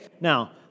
Now